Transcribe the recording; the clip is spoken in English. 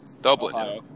dublin